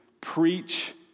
preach